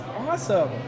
Awesome